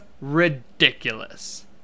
ridiculous